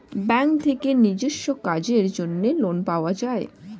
bank থেকে নিজস্ব কাজের জন্য লোন পাওয়া যায়